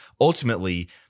Ultimately